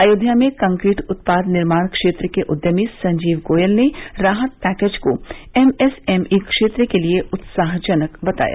अयोध्या में कंक्रीट उत्पाद निर्माण क्षेत्र के उद्यमी संजीव गोयल ने राहत पैकेज को एमएसएमई क्षेत्र के लिए उत्साहजनक बताया